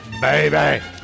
baby